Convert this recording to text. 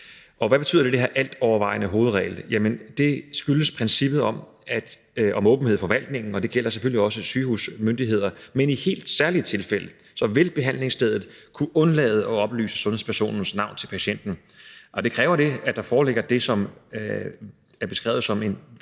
Og hvad betyder det her med den altovervejende hovedregel? Jamen det skyldes princippet om åbenhed i forvaltningen, og det gælder selvfølgelig også sygehusmyndigheder, men i helt særlige tilfælde vil behandlingsstedet kunne undlade at oplyse sundhedspersonens navn til patienten. Det kræver, at der foreligger det, som er beskrevet som væsentlige